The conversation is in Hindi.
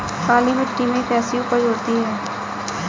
काली मिट्टी में कैसी उपज होती है?